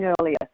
earlier